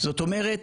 זאת אומרת,